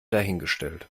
dahingestellt